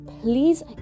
please